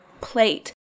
plate